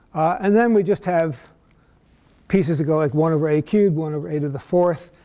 and then we just have pieces that go like, one over a cubed, one over a to the fourth,